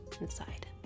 inside